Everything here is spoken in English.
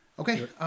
Okay